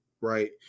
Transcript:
right